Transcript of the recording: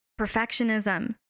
perfectionism